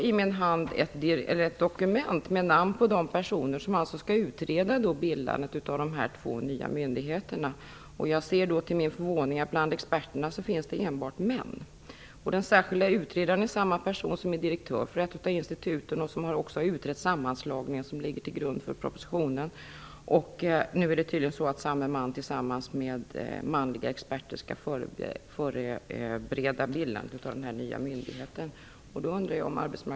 I min hand har jag ett dokument med namn på de personer som skall utreda bildandet av de två nya myndigheterna. Till min förvåning ser jag att det bland experterna enbart finns män. Den särskilde utredaren är samme person som är direktör för ett av instituten. Han har också utrett den sammanslagning som ligger till grund för propositionen. Nu skall tydligen samme man, tillsammans med manliga experter, förbereda bildandet av den nya myndigheten.